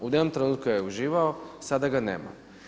U jednom trenutku je uživao, sada ga nema.